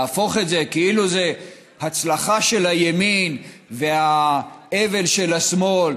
להפוך את זה כאילו זה הצלחה של הימין והאבל של השמאל,